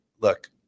look